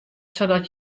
sadat